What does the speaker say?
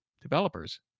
developers